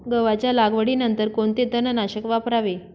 गव्हाच्या लागवडीनंतर कोणते तणनाशक वापरावे?